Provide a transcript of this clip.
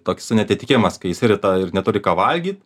toks neatitikimas kai išsirita ir neturi ką valgyt